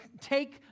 take